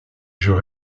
jeux